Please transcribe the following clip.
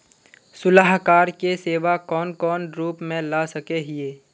सलाहकार के सेवा कौन कौन रूप में ला सके हिये?